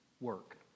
work